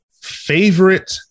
favorite